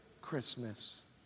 Christmas